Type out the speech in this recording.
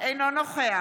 אינו נוכח